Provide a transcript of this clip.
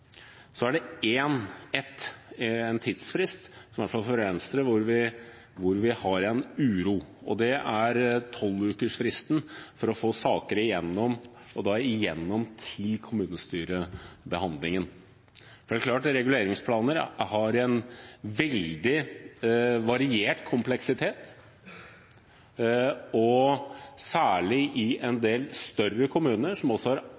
det er én tidsfrist hvor iallfall Venstre har en uro, og det er 12-ukersfristen for å få saker igjennom til kommunestyrebehandlingen. Det er klart at reguleringsplaner har en veldig variert kompleksitet – og særlig i en del større kommuner som ikke styres etter formannskapsmodellen, som her i Oslo, hvor man også har